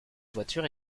voiture